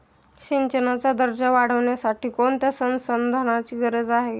सिंचनाचा दर्जा वाढविण्यासाठी कोणत्या संसाधनांची गरज आहे?